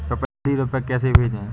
जल्दी रूपए कैसे भेजें?